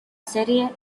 serie